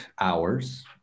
hours